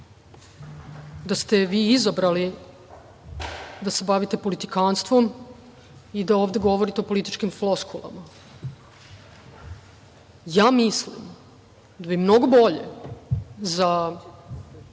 da ste vi izabrali da se bavite politikanstvom i da ovde govorite o političkim floskulama. Mislim da bi mnogo bolje za